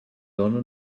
dona